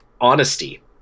honesty